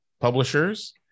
publishers